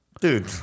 Dude